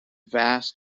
vast